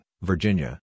Virginia